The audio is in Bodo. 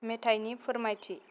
मेथाइनि फोरमायथि